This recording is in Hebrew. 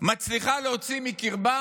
מצליחה להוציא מקרבה,